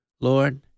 Lord